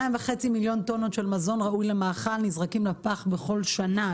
2.5 מיליון טון של מזון ראוי למאכל נזרקים לפח בכל שנה.